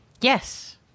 Yes